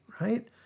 right